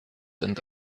and